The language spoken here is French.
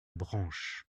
branche